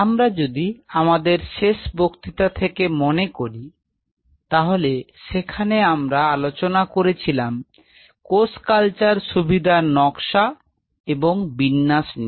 আমরা যদি আমাদের শেষ বক্তৃতা থেকে মনে করি তাহলে সেখানে আমরা আলোচনা করেছিলাম কোষ কালচার সুবিধার নকশা এবং বিন্যাস নিয়ে